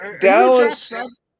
Dallas